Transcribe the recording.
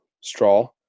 straw